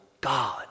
God